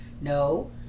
no